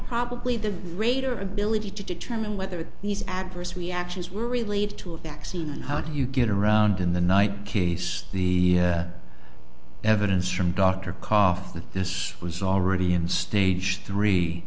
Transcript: probably the greater ability to determine whether these adverse reactions were relayed to a vaccine and how do you get around in the night case the evidence from dr karpf that this was already in stage three